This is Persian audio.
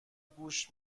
گوش